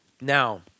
Now